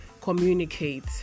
communicate